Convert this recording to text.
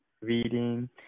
reading